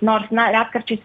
nors retkarčiais